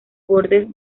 bordes